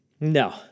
no